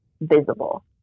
visible